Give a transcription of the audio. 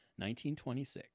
1926